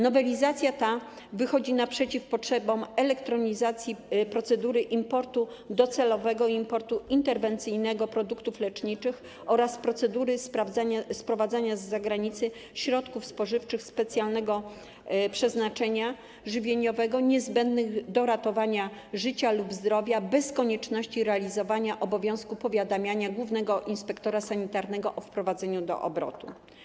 Nowelizacja wychodzi naprzeciw potrzebom elektronizacji procedury importu docelowego i importu interwencyjnego produktów leczniczych oraz procedury sprowadzania z zagranicy środków spożywczych specjalnego przeznaczenia żywieniowego niezbędnych do ratowania życia lub zdrowia bez konieczności realizowania obowiązku powiadamiania głównego inspektora sanitarnego o wprowadzeniu do obrotu.